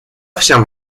всем